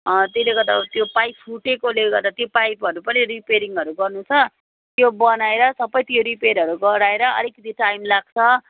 त्यसले गर्दा त्यो पाइप फुटेकोले गर्दा त्यो पाइपहरू पनि रिपेरिङहरू गर्नु छ त्यो बनाएर सबै त्यो रिपेयरहरू गराएर अलिकति टाइम लाग्छ